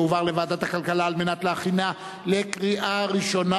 תועבר לוועדת הכלכלה כדי להכינה לקריאה ראשונה.